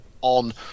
on